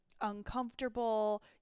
uncomfortable